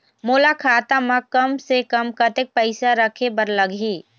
मोला खाता म कम से कम कतेक पैसा रखे बर लगही?